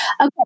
okay